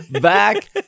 back